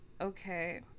okay